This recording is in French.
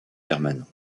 permanent